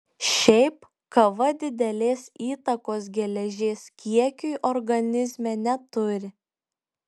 šiaip kava didelės įtakos geležies kiekiui organizme neturi